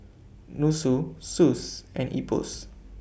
Nussu Suss and Ipos